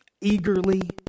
eagerly